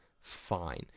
Fine